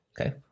Okay